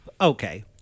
Okay